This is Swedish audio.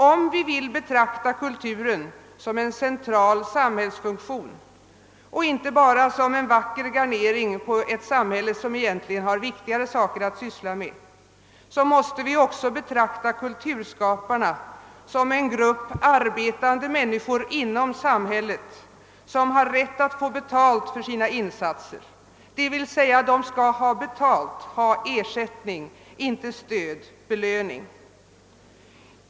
Om vi vill betrakta kulturen som en central samhällsfunktion och inte bara som en vacker garnering på ett samhälle som egentligen har viktigare saker att syssla med, måste vi också betrakta kulturskaparna som en grupp arbetande människor inom samhället som har rätt att få betalt för sina insatser; d.v.s. de skall ha betalt, ha ersättning, inte stöd, belöning.